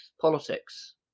politics